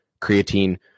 creatine